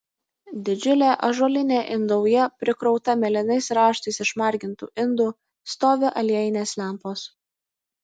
didžiulė ąžuolinė indauja prikrauta mėlynais raštais išmargintų indų stovi aliejinės lempos